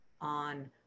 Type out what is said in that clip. on